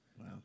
Wow